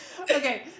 Okay